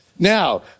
Now